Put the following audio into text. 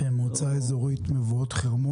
במועצה אזורית מבואות חרמון?